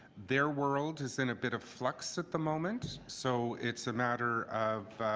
there world is in a bit of flux at the moment. so it's a matter of